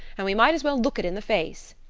and we might as well look it in the face.